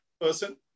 person